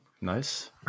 Nice